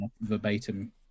verbatim